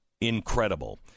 incredible